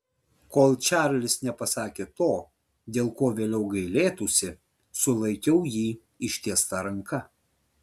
kol čarlis nepasakė to dėl ko vėliau gailėtųsi sulaikiau jį ištiesta ranka